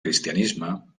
cristianisme